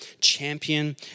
champion